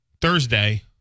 Thursday